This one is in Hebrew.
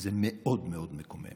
וזה מאוד מאוד מקומם.